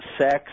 sex